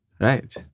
Right